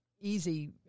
easy